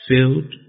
Filled